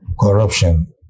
corruption